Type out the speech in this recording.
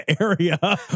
area